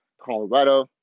Colorado